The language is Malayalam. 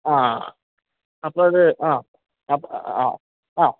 ആ അപ്പോൾ അത് അപ്പം ആ ആ അഹ്